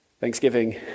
Thanksgiving